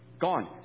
Gone